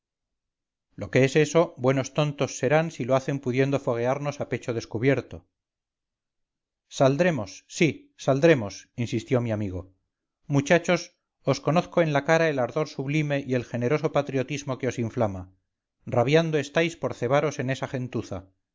lo que es eso buenos tontos serán si lo hacen pudiendo foguearnos a pecho descubierto saldremos sí saldremos insistió mi amigo muchachos os conozco en la cara el ardor sublime y el generoso patriotismo que os inflama rabiando estáis por cebaros en esa gentuza